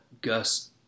Gus